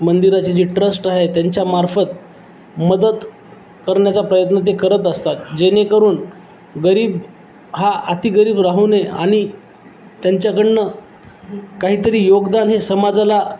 मंदिराची जी ट्रस्ट आहे त्यांच्यामार्फत मदत करण्याचा प्रयत्न ते करत असतात जेणेकरून गरीब हा अतिगरीब राहू नये आणि त्यांच्याकडनं काहीतरी योगदान हे समाजाला